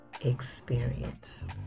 experience